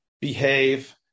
behave